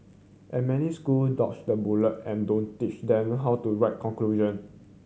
and many school dodge the bullet and don't teach them how to write conclusion